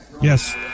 Yes